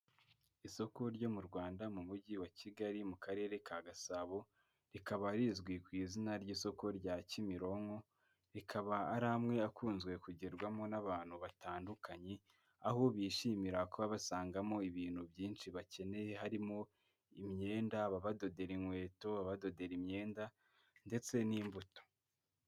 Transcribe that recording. Isoko ryo mu Rwanda mu mujyi wa Kigali, mu karere ka Gasabo, rikaba rizwi ku izina ry'isoko rya Kimironko, rikaba ari amwe akunzezwe kugerwamo n'abantu batandukanye, aho bishimira kuba basangamo ibintu byinshi bakeneye, harimo imyenda, ab'abadodera inkweto, ababadodera imyenda ndetse n'imbuto.